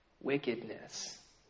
wickedness